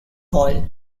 hall